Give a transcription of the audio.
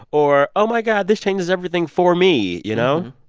or oh, my god, this changes everything for me. you know?